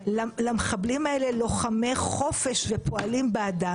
למחבלים האלה לוחמי חופש ופועלים בעדם.